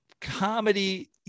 comedy